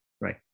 right